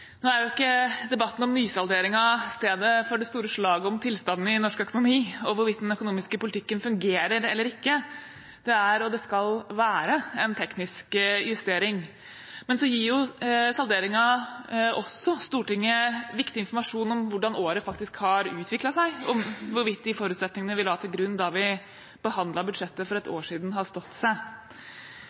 er og skal være en teknisk justering. Men salderingen gir jo Stortinget viktig informasjon om hvordan året faktisk har utviklet seg, og hvorvidt de forutsetningene vi la til grunn da vi behandlet budsjettet for et år siden, har stått seg.